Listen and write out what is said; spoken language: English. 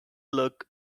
look